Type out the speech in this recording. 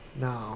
No